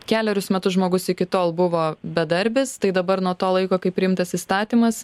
kelerius metus žmogus iki tol buvo bedarbis tai dabar nuo to laiko kai priimtas įstatymas